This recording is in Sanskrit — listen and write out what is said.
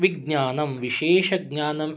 विज्ञानं विशेषज्ञानं